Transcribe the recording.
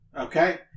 Okay